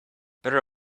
better